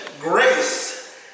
grace